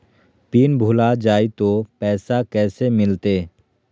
Pin भूला जाई तो पैसा कैसे मिलते?